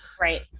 Right